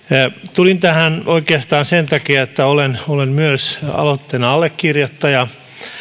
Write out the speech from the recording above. tulin tähän oikeastaan sen takia että olen olen myös aloitteen allekirjoittaja